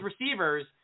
receivers